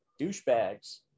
douchebags